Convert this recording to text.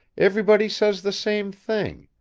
everybody says the same thing.